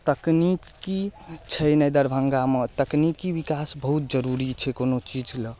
तकनीकी छै नहि दरभङ्गामे तकनीकी विकास बहुत जरूरी छै कोनो चीजलए